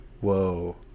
Whoa